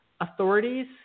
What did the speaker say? Authorities